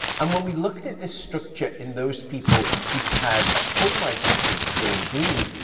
and when we looked at this structure in those people who'd had a full night of sleep, here in green,